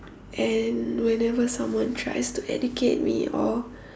and whenever someone tries to educate me or